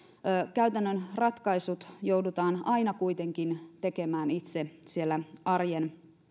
käytännön ratkaisut joudutaan aina kuitenkin tekemään itse siellä arjen